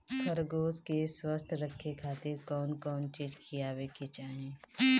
खरगोश के स्वस्थ रखे खातिर कउन कउन चिज खिआवे के चाही?